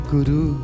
Guru